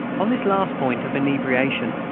on this last point, of inebriation,